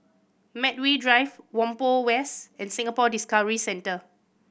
Medway Drive Whampoa West and Singapore Discovery Centre